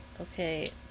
Okay